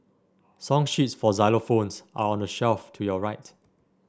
song sheets for xylophones are on the shelf to your right